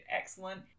excellent